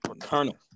Colonel